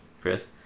Chris